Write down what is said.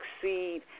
succeed